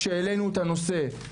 כשהעלינו את הנושא.